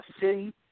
city